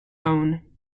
own